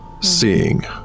Seeing